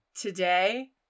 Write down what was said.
Today